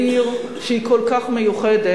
בעיר שהיא כל כך מיוחדת,